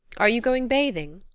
are you going bathing?